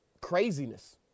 craziness